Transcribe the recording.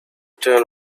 turn